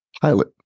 pilot